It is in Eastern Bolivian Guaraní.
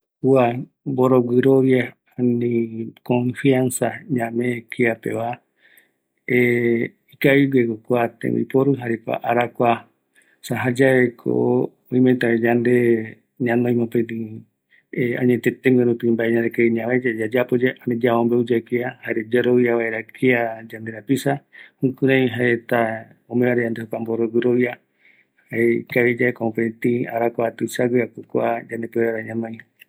Kua mboroguirovia jaeko ikavigue, ereï ñamee vaera jokua jaeko oimeta yarovia kavi kiare, jayaveko oimeta mboromboete, yande jare jaendive